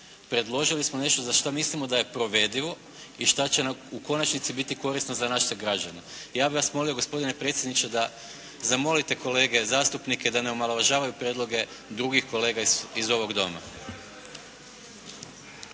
Predložili smo nešto za što mislimo da je provedivo i što će nam u konačnici biti korisno za naše građane. Ja bih vas molio gospodine predsjedniče da zamolite kolege zastupnike da ne omaložavaju prijedloge drugih kolega iz ovog Doma.